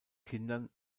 kindern